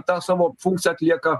tą savo funkciją atlieka